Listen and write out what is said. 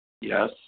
Yes